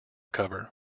cover